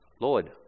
Lord